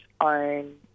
own